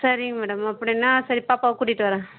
சரிங்க மேடம் அப்படினால் சரி பாப்பாவை கூட்டிகிட்டு வரேன்